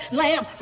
lamb